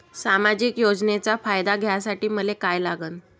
सामाजिक योजनेचा फायदा घ्यासाठी मले काय लागन?